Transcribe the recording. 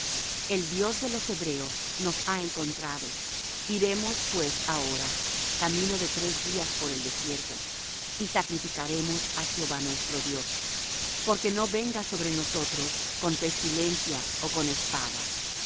el dios de los hebreos nos ha encontrado iremos pues ahora camino de tres días por el desierto y sacrificaremos á jehová nuestro dios porque no venga sobre nosotros con pestilencia ó con espada